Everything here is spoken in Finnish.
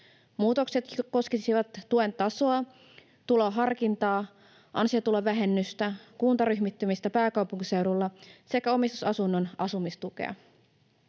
Muutokset koskisivat tuen tasoa, tuloharkintaa, ansiotulovähennystä, kuntaryhmittymistä pääkaupunkiseudulla sekä omistusasunnon asumistukea.